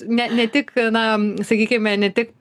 ne ne tik na sakykime ne tik